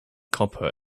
copper